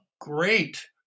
great